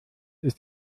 ist